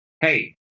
hey